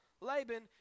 Laban